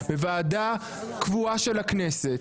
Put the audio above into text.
בוועדה קבועה של הכנסת?